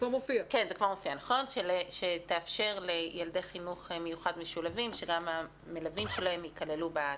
שתאפשר למשלבים להיכלל ב-19.